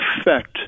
effect